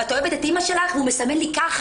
ואת אוהבת את אימא שלך" והוא מסמן לי ככה